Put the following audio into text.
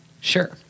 Sure